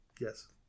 Yes